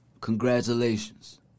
Congratulations